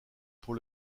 pour